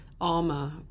armor